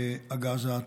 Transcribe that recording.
הגז הטבעי.